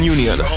Union